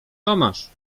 tomasz